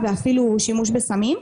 ואפילו שימוש בסמים.